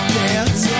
dance